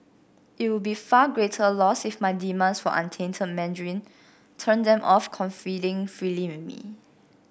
it would be far greater loss if my demands for untainted Mandarin turned them off confiding freely in me